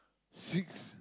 six